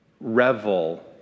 revel